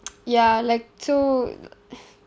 ya like too